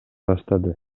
баштады